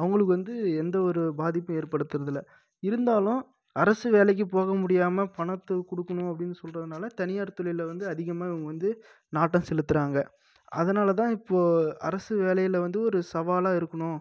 அவங்களுக்கு வந்து எந்த ஒரு பாதிப்பும் ஏற்படுத்துகிறதில்ல இருந்தாலும் அரசு வேலைக்கு போக முடியாமல் பணத்தை கொடுக்கணும் அப்படின் சொல்றதுனால் தனியார் துறையில் வந்து அதிகமாக இவங்க வந்து நாட்டம் செலுத்துகிறாங்க அதனால் தான் இப்போது அரசு வேலையில் வந்து ஒரு சவாலாக இருக்கணும்